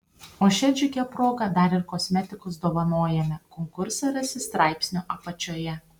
o šia džiugia proga dar ir kosmetikos dovanojame konkursą rasi straipsnio apačioje